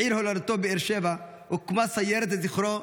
בעיר הולדתו באר שבע הוקמה סיירת לזכרו,